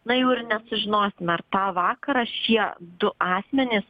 na jau ir nesužinosim ar tą vakarą šie du asmenys